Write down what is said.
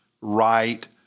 right